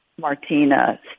martina